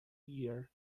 year